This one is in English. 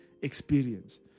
experience